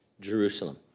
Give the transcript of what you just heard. Jerusalem